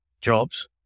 jobs